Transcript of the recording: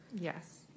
Yes